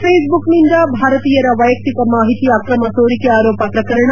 ಫೇಸ್ಬುಕ್ನಿಂದ ಭಾರತೀಯರ ವೈಯಕ್ತಿಕ ಮಾಹಿತಿ ಅಕ್ರಮ ಸೋರಿಕೆ ಆರೋಪ ಪ್ರಕರಣ